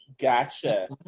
Gotcha